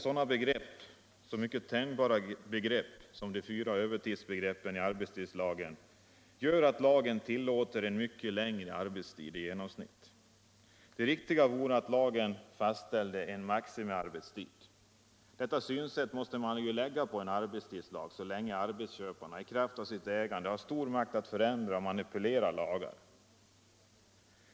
De mycket tänjbara fyra övertidsbegreppen i arbetstidslagen gör att lagen tillåter en i genomsnitt mycket längre arbetstid. Det riktiga vore att lagen fastställde en maximiarbetstid. Detta synsätt måste man lägga på en arbetstidslag så länge arbetsköparna i kraft av sitt ägande har stor makt att förändra och manipulera lagar.